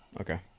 Okay